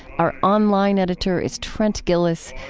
our online editor is trent gilliss.